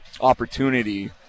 opportunity